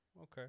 Okay